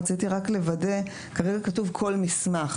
רציתי רק לוודא כרגע כתוב "כל מסמך".